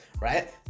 right